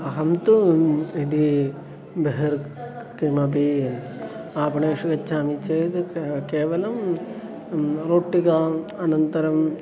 अहं तु यदि बहिः किमपि आपणेषु गच्छामि चेद् के केवलं रोट्टिकाम् अनन्तरम्